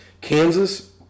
Kansas